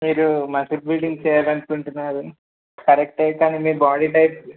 మీరు muscle building చేయాలనుకుంటున్నారు correct కానీ మీ బాడీ టైప్